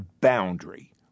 boundary